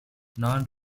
non